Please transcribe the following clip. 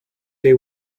they